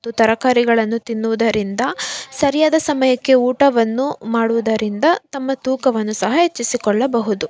ಮತ್ತು ತರಕಾರಿಗಳನ್ನು ತಿನ್ನುವುದರಿಂದ ಸರಿಯಾದ ಸಮಯಕ್ಕೆ ಊಟವನ್ನು ಮಾಡುವುದರಿಂದ ತಮ್ಮ ತೂಕವನ್ನು ಸಹ ಹೆಚ್ಚಿಸಿಕೊಳ್ಳಬಹುದು